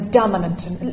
dominant